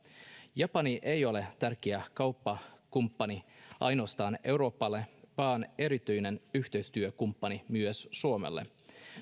japani ei ole tärkeä kauppakumppani ainoastaan euroopalle vaan erityinen yhteistyökumppani myös suomelle